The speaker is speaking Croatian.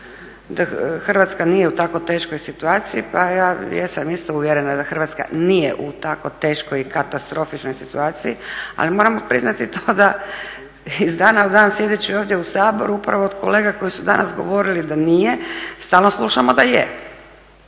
da Hrvatska nije u tako teškoj situaciji pa ja jesam isto uvjerena da Hrvatska nije u tako teškoj i katastrofičnoj situaciji, ali moramo priznati to da iz dana u dan sjedeći ovdje u Saboru upravo od kolega koji su danas govorili da nije, stalno slušamo da je.